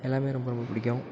எல்லாமே ரொம்ப ரொம்ப பிடிக்கும்